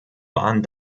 waren